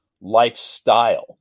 lifestyle